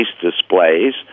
displays